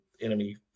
enemy